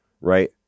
right